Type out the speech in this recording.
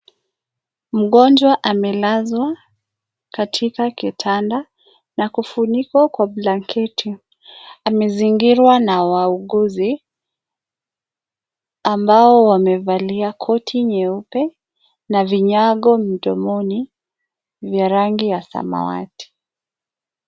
Mgonjwa amelazwa, katika kitanda, na kufunikwa kwa blanketi. Amezingirwa na wauguzi, ambao wamevalia koti nyeupe, na vinyago mdomoni, vya rangi ya samawati.